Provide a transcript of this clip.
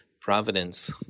Providence